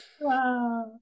Wow